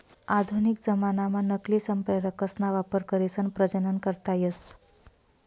आधुनिक जमानाम्हा नकली संप्रेरकसना वापर करीसन प्रजनन करता येस